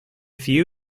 few